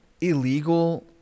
illegal